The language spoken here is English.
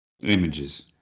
images